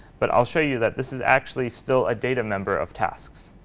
but i'll show you that this is actually still a data member of tasks.